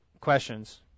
questions